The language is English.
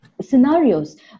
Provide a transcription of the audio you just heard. scenarios